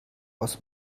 aus